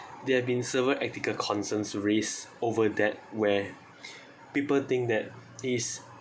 there've been several ethical concerns raised over that where people think that it's